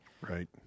Right